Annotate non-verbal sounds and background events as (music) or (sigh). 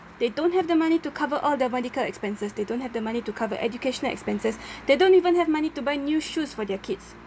they don't have the money to cover all their medical expenses they don't have the money to cover educational expenses (breath) they don't even have money to buy new shoes for their kids